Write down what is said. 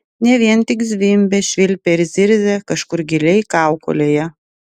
ne vien tik zvimbė švilpė ir zirzė kažkur giliai kaukolėje